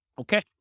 Okay